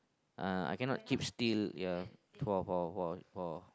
uh I cannot keep still ya for for for for